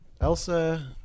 Elsa